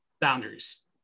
boundaries